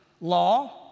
law